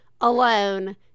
alone